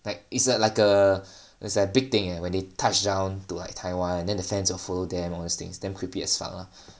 like is err like a is a like big thing eh when they touched down to like taiwan then the fans will follow them all these things damn creepy as fuck lah